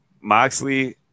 Moxley